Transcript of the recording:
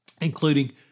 including